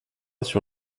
sur